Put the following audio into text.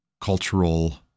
cultural